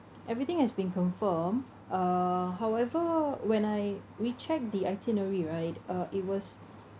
everything has been confirmed uh however when I we checked the itinerary right uh it was